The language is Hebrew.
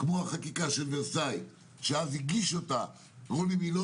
כמו החקיקה של ורסאי שאז הגיש אותה רוני מילוא